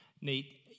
Nate